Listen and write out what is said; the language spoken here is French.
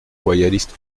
royaliste